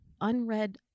unread